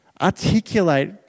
articulate